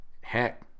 heck